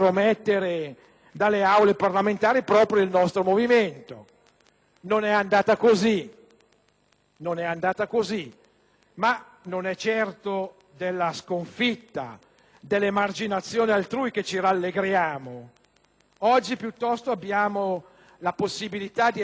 Non è andata così, ma non è certo della sconfitta e dell'emarginazione altrui che ci rallegriamo. Oggi, piuttosto, abbiamo la possibilità di esprimere la nostra soddisfazione per una vittoria dei cittadini sul Palazzo.